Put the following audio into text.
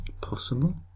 Possible